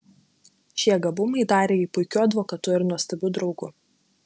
šie gabumai darė jį puikiu advokatu ir nuostabiu draugu